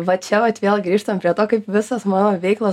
va čia vat vėl grįžtam prie to kaip visos mano veiklos